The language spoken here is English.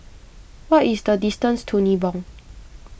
what is the distance to Nibong